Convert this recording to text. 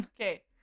Okay